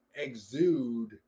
exude